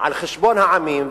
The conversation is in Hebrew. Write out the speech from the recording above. על חשבון העמים.